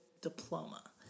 diploma